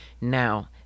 Now